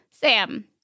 Sam